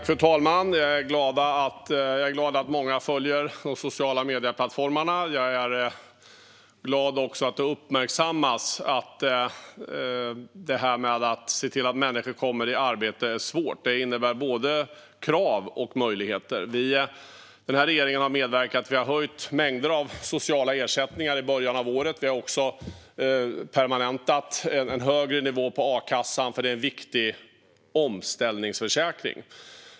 Fru talman! Jag är glad att många följer mig på sociala medier-plattformarna och också glad att det uppmärksammas att detta med att se till att människor kommer i arbete är svårt. Det innebär både krav och möjligheter. Regeringen höjde mängder av sociala ersättningar i början av året. Vi har också permanentat en högre nivå på a-kassan, eftersom det är en viktig omställningsförsäkring.